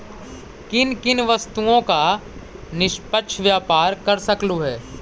किन किन वस्तुओं का निष्पक्ष व्यापार कर सकलू हे